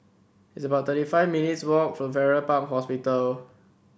it's about thirty five minutes' walk for Farrer Park Hospital